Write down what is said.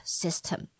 system